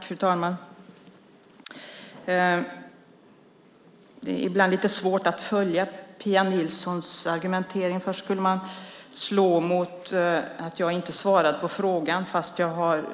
Fru talman! Ibland är det lite svårt att följa Pia Nilssons argumentering. Först handlade det om att slå mot att jag inte svarat på den fråga som ställts.